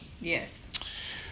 Yes